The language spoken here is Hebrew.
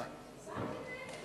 ישר.